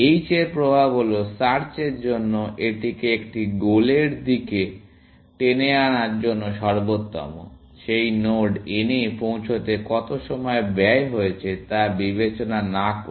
h এর প্রভাব হল সার্চের জন্য এটিকে একটি গোলের দিকে টেনে আনার জন্য সর্বোত্তম সেই নোড n এ পৌঁছতে কত সময় ব্যয় হয়েছে তা বিবেচনা না করে